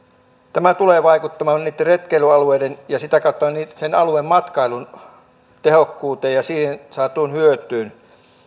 tämä tulee vaikuttamaan niitten retkeilyalueiden ja sitä kautta sen alueen matkailun tehokkuuteen ja siitä saatuun hyötyyn